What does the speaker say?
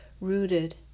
rooted